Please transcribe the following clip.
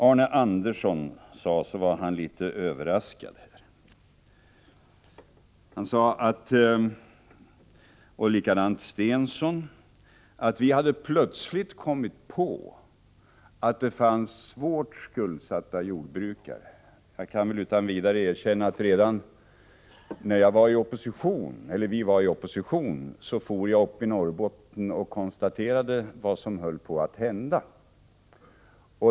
Arne Andersson i Ljung liksom också Börje Stensson talade om att vi blivit överraskade och att vi plötsligt kommit på att det fanns svårt skuldsatta jordbrukare. Jag kan utan vidare erkänna att jag redan när vi var i opposition for upp till Norrbotten. Jag konstaterade då vad som höll på att hända.